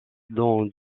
dans